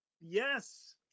Yes